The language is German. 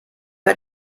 hat